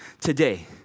today